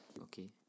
Okay